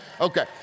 Okay